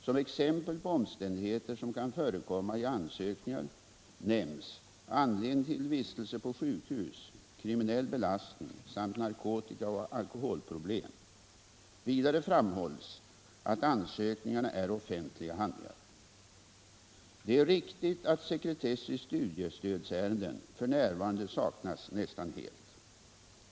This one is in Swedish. Som exempel på omständigheter som kan förekomma i ansökningar nämns anledning till vistelse på sjukhus, kriminell belastning samt narkotikaoch alkoholproblem. Vidare framhålls att ansökningarna är offentliga handlingar. Det är riktigt att sekretess i studiestödsärenden f. n. saknas nästan helt.